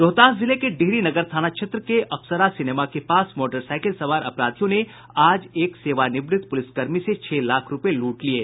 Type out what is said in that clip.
रोहतास जिले के डिहरी नगर थाना क्षेत्र के अप्सरा सिनेमा के पास मोटरसाईकिल सवार अपराधियों ने आज एक सेवानिवृत्त पुलिसकर्मी से छह लाख रूपये लूट लिये